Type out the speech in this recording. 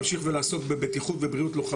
לעשות בדיקות.